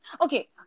okay